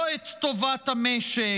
לא את טובת המשק,